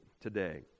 today